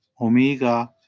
omega